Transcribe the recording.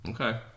Okay